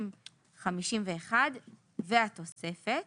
50 ו-51 והתוספת"